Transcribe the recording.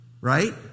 right